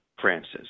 Francis